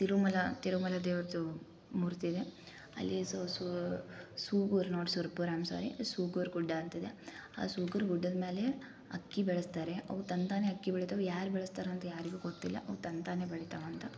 ತಿರುಮಲ ತಿರುಮಲ ದೇವ್ರದ್ದು ಮೂರ್ತಿಯಿದೆ ಅಲ್ಲಿ so so Sugur not Surpur I am sorry Sugur ಗುಡ್ಡ ಅಂತಿದೆ ಆ ಸುಗೂರು ಗುಡ್ಡದ ಮೇಲೆ ಅಕ್ಕಿ ಬೆಳೆಸ್ತಾರೆ ಅವು ತಂತಾನೆ ಅಕ್ಕಿ ಬೆಳೀತಾವೆ ಯಾರು ಬೆಳೆಸ್ತಾರಂತ ಯಾರಿಗೂ ಗೊತ್ತಿಲ್ಲ ಅವು ತಂತಾನೆ ಬೆಳಿತಾವಂತ